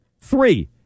Three